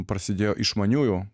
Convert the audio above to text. prasidėjo išmaniųjų